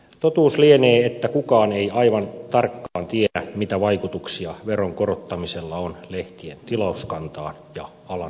totuus lienee että kukaan ei aivan tarkkaan tiedä mitä vaikutuksia veron korottamisella on lehtien tilauskantaan ja alan työllisyyteen